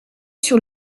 sur